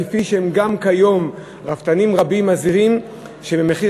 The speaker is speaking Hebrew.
כפי שגם כיום רפתנים רבים מזהירים שבמחיר